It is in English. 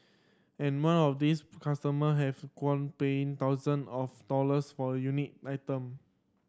and men of these customer have qualm paying thousand of dollars for unique item